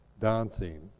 dancing